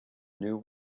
knew